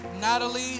Natalie